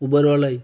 उबर वाला ही